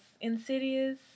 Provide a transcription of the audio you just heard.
insidious